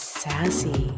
sassy